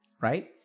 Right